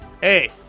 Hey